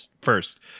first